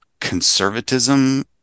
conservatism